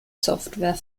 software